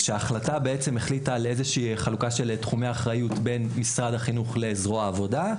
ההחלטה כללה חלוקה של תחומי אחריות בין משרד החינוך לזרוע העבודה,